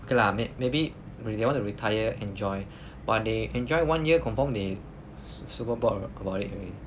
okay lah may maybe they want to retire enjoy but 你 enjoy one year confirm 你 super bored about it already